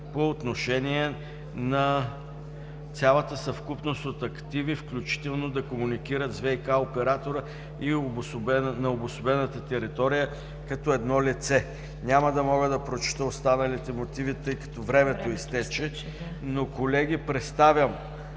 по отношение на цялата съвкупност от активи, включително да комуникират с ВиК оператора на обособената територия като едно лице.“ Няма да мога да прочета останалите мотиви, тъй като времето изтече. Но, колеги, представям